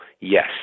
Yes